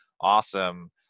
awesome